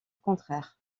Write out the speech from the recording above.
contraire